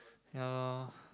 ya loh